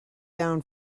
down